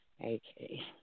Okay